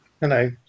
Hello